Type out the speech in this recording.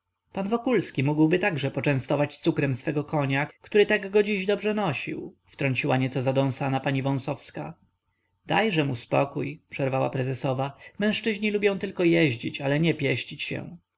koni pan wokulski mógłby także poczęstować cukrem swego konia który tak go dziś dobrze nosił wtrąciła nieco zadąsana pani wąsowska dajże mu spokój przerwała prezesowa mężczyźni lubią tylko jeździć ale nie pieścić się